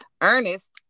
Ernest